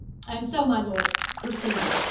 and so, my lords, proceed.